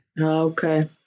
Okay